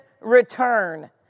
return